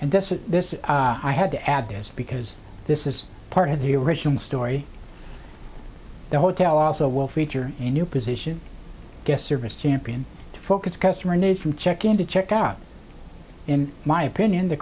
and this is i had to add this because this is part of the original story the hotel also will feature a new position guest service champion to focus customer needs from check in to check out in my opinion the